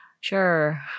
Sure